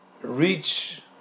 reach